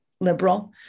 liberal